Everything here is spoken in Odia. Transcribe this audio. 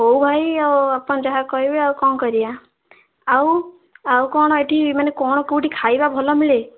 ହଉ ଭାଇ ଆଉ ଆପଣ ଯାହା କହିବେ ଆଉ କ'ଣ କରିବା ଆଉ ଆଉ କ'ଣ ଏଠି ମାନେ କ'ଣ କୋଉଠି ଖାଇବା ଭଲ ମିଳେ